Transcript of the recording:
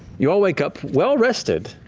you all wake up well-rested.